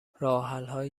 راهحلهایی